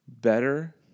better